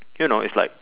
you know it's like